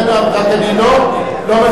רק אני לא מבין מדוע,